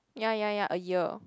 yeah yeah yeah a year